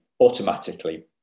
automatically